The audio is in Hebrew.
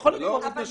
זו לא הורות משותפת.